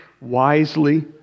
wisely